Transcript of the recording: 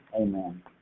amen